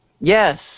Yes